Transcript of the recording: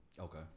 okay